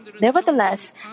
Nevertheless